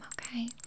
okay